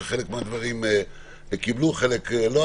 חלק מהדברים קיבלו וחלק לא,